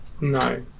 No